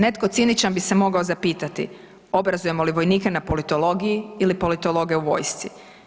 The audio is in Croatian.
Netko ciničan bi se mogao zapitati, obrazujemo li vojnike na politologiji ili politologe u vojsci?